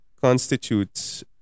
constitutes